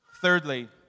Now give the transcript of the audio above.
Thirdly